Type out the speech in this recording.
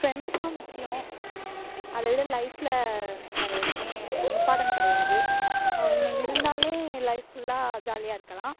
friends தான் முக்கியம் அதைவிட லைஃப்பில் வேறு எதுவுமே இம்பார்ட்டன்ட் கிடையாது அவங்க இருந்தாலே லைஃப் ஃபுல்லாக ஜாலியாக இருக்கலாம்